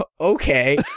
Okay